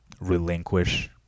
relinquish